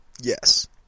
Yes